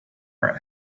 are